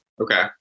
Okay